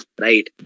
right